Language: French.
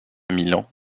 milan